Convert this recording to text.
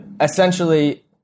essentially